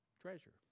treasure